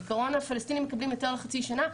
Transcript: בעיקרון הפלסטינים מקבלים היתר לחצי שנה,